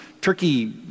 turkey